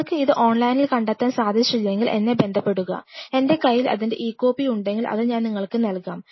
നിങ്ങൾക്ക് അത് ഓൺലൈനിൽ കണ്ടെത്താൻ സാധിച്ചില്ലെങ്കിൽ എന്നെ ബന്ധപ്പെടുക എൻറെ കയ്യിൽ അതിൻറെ e കോപ്പി ഉണ്ടെങ്കിൽ അത് ഞാൻ നിങ്ങൾക്ക് നൽകാം